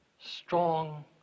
Strong